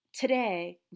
Today